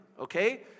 okay